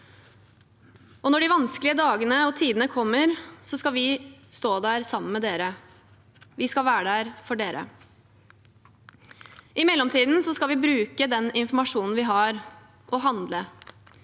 Når de vanskelige dagene og tidene kommer, skal vi stå der sammen med dere. Vi skal være der for dere. I mellomtiden skal vi bruke den informasjonen vi har – og handle.